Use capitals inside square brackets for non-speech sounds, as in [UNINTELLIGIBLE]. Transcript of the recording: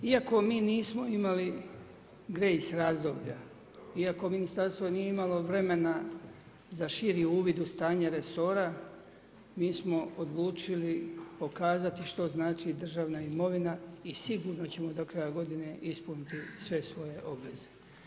Iako mi nismo imali … [UNINTELLIGIBLE] razdoblja, iako ministarstvo nije imalo vremena za širi uvid u stanje resora, mi smo odlučili pokazati što znači državna imovina i sigurno ćemo do kraja godine ispuniti sve svoje obaveze.